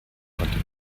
konnte